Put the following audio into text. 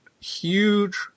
huge